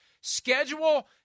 Schedule